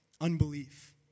Unbelief